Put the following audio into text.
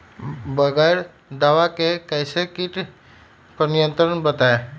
बगैर दवा के कैसे करें कीट पर नियंत्रण बताइए?